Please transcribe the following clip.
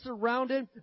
surrounded